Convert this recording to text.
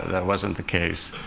that wasn't the case.